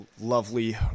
lovely